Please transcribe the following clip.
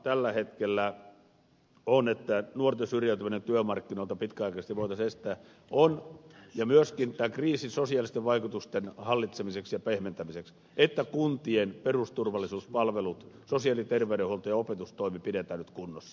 tällä hetkellä ainut tapa jolla nuorten pitkäaikainen syrjäytyminen työmarkkinoilta voitaisiin estää ja jolla myöskin tämän kriisin sosiaalisia vaikutuksia voitaisiin hallita ja pehmentää on että kuntien perusturvallisuuspalvelut sosiaali ja terveydenhuolto ja opetustoimi pidetään nyt kunnossa